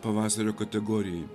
pavasario kategorijai